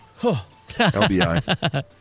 LBI